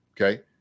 Okay